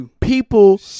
People